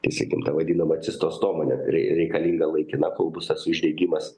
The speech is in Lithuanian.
įsigimta vadinama cystostoma nepri reikalinga laikina kol bus tas uždegimas